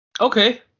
Okay